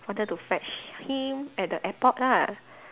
wanted to fetch him at the airport lah